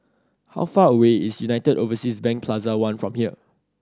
how far away is United Overseas Bank Plaza One from here